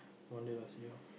one day lah see how